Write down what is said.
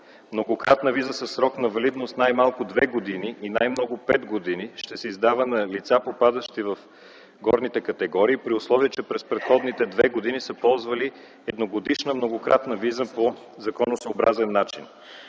Многократна виза със срок на валидност най-малко две години и най-много пет години ще се издава на лица, попадащи в горните категории, при условие, че през предходните две години са ползвали едногодишна многократна виза по законосъобразен начин.